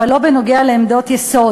אבל לא בנוגע לעמדות יסוד".